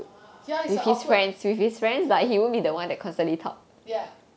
okay lah he's a awkward ya